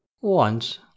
Once